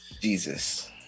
Jesus